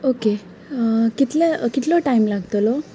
okay कितले कितलो time लागतलो